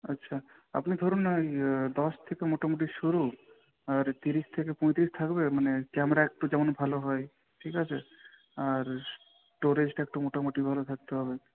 আচ্ছা আপনি ধরুন না ওই দশ থেকে মোটামুটি শুরু আর তিরিশ থেকে পঁইত্রিশ থাকবে মানে ক্যামেরা একটু যেমন ভালো হয় ঠিক আছে আর স্টোরেজটা একটু মোটামুটি ভালো থাকতে হবে